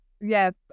yes